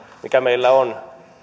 mikä meillä on